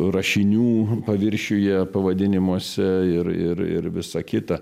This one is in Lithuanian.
rašinių paviršiuje pavadinimuose ir ir ir visa kita